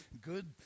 good